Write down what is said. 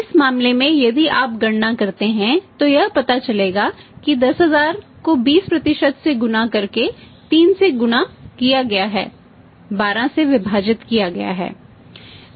इस मामले में यदि आप गणना करते हैं तो यह पता चलेगा कि 10000 को 20 से गुणा करके 3 से गुणा किया गया है 12 से विभाजित किया गया है